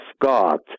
God